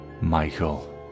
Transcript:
Michael